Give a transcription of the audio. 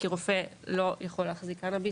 כי רופא לא יכול להחזיק קנביס,